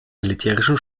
militärischen